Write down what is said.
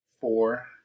four